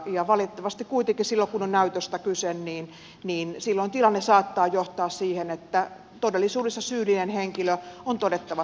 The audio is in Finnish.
valitettavasti kuitenkin silloin kun on näytöstä kyse tilanne saattaa johtaa siihen että todellisuudessa syyllinen henkilö on todettava syyttömäksi